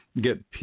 get